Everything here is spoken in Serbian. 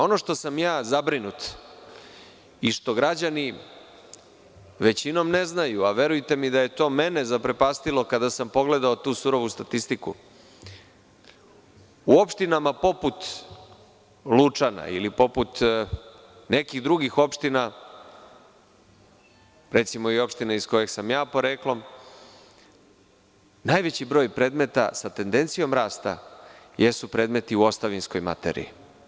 Ono što sam ja zabrinut i što građani većinom ne znaju, a verujte mi da je to mene zaprepastilo kada sam pogledao tu surovu statistiku, u opštinama poput Lučana ili poput nekih drugih opština, recimo i opština iz kojih sam ja poreklom, najveći broj predmeta sa tendencijom rasta jesu predmeti u ostavinskoj materiji.